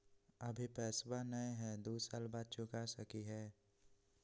अभि पैसबा नय हय, दू साल बाद चुका सकी हय?